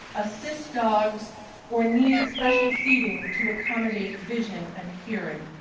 assist dogs or need special seating to accommodate vision and hearing.